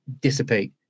dissipate